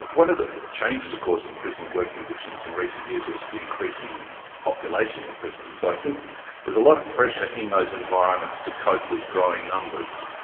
one of the changes of course in prison working conditions in recent years is the increasing population in prison. so i think there's a lot of pressure in those environments to cope with growing numbers.